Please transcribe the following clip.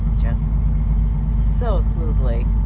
just so smoothly.